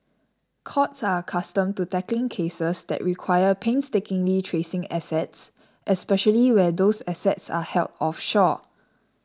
courts are accustomed to tackling cases that require painstakingly tracing assets especially where those assets are held offshore